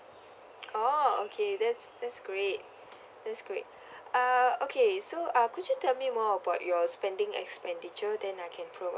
orh okay that's that's great that's great uh okay so uh could you tell me more about your spending expenditure then I can provide